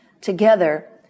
together